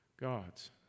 God's